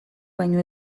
baino